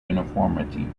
uniformity